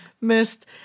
missed